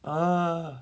ah